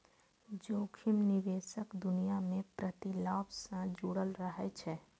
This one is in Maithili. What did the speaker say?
जोखिम निवेशक दुनिया मे प्रतिलाभ सं जुड़ल रहै छै